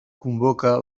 convoca